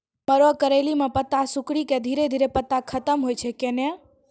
मरो करैली म पत्ता सिकुड़ी के धीरे धीरे पत्ता खत्म होय छै कैनै?